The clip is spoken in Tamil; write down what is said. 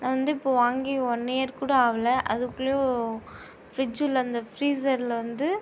நான் வந்து இப்போது வாங்கி ஒன் இயர் கூட ஆகல அதுக்குள்ளேயும் ஃப்ரிட்ஜூ உள்ள அந்த ஃப்ரீஸர்ல வந்து